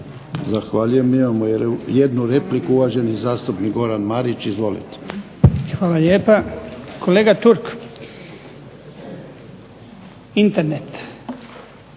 Zahvaljujem imamo jednu repliku uvaženi zastupnik Goran Marić. Izvolite. **Marić, Goran (HDZ)** Hvala lijepa. Kolega Turk. Internet